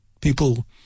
People